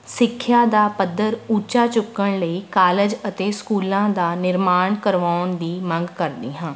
ਸਿੱਖਿਆ ਦਾ ਪੱਧਰ ਉੱਚਾ ਚੁੱਕਣ ਲਈ ਕਾਲਜ ਅਤੇ ਸਕੂਲਾਂ ਦਾ ਨਿਰਮਾਣ ਕਰਵਾਉਣ ਦੀ ਮੰਗ ਕਰਦੀ ਹਾਂ